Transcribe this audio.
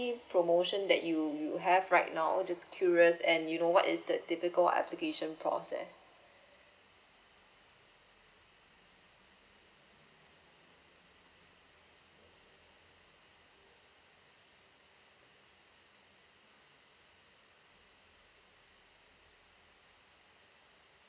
promotion that you you have right now just curious and you know what is the typical application process